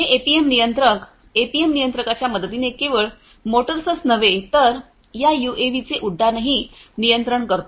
हे एपीएम नियंत्रक एपीएम नियंत्रकाच्या मदतीने केवळ मोटर्सच नव्हे तर या यूएव्हीचे उड्डाण ही नियंत्रण करतो